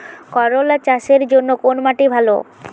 করলা চাষের জন্য কোন মাটি ভালো?